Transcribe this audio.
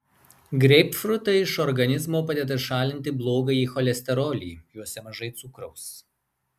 greipfrutai iš organizmo padeda šalinti blogąjį cholesterolį juose mažai cukraus